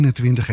21